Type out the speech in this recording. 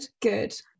good